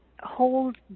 hold